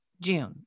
June